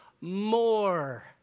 more